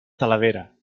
talavera